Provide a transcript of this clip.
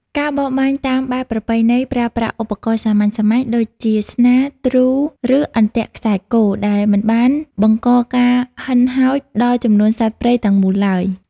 ការបរបាញ់តាមបែបប្រពៃណីប្រើប្រាស់ឧបករណ៍សាមញ្ញៗដូចជា ស្នា ធ្នូ ឬអន្ទាក់ខ្សែគោ ដែលមិនបានបង្កការហិនហោចដល់ចំនួនសត្វព្រៃទាំងមូលឡើយ។